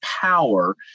power